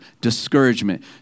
discouragement